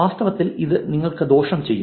വാസ്തവത്തിൽ ഇത് നിങ്ങൾക്ക് ദോഷം ചെയ്യും